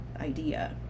idea